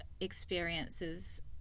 experiences